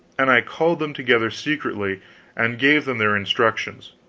and i called them together secretly and gave them their instructions.